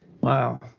Wow